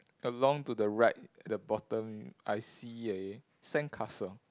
along to the right at the bottom I see a sandcastle